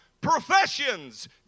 Professions